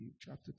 chapter